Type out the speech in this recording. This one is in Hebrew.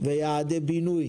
ויעדי בינוי.